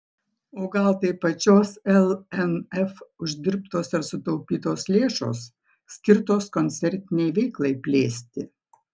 o gal tai pačios lnf uždirbtos ar sutaupytos lėšos skirtos koncertinei veiklai plėsti